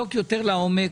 יותר לעומק.